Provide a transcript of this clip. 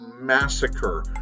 massacre